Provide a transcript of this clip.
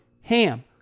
HAM